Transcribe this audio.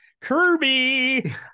kirby